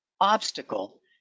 obstacle